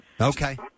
Okay